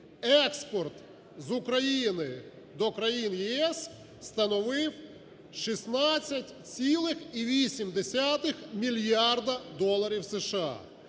експорт з України до країн ЄС становив 16,8 мільярда доларів США.